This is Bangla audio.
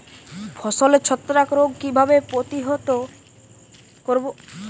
ফসলের ছত্রাক রোগ কিভাবে প্রতিহত করব?